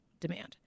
demand